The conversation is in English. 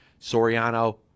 Soriano